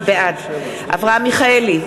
בעד אברהם מיכאלי,